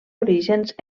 orígens